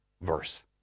verse